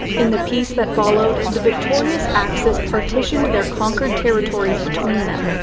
in the peace that followed, the victorious axis partitioned their conquered territories between them,